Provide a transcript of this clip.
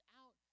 out